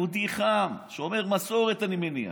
יהודי חם, שומר מסורת, אני מניח,